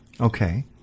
Okay